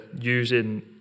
using